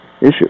issue